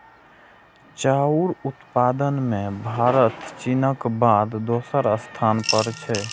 चाउर उत्पादन मे भारत चीनक बाद दोसर स्थान पर छै